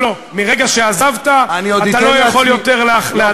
לא, מהרגע שעזבת אתה לא יכול יותר להטיף ביקורת.